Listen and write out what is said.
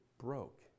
broke